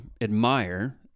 admire